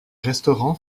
restaurant